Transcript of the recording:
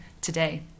today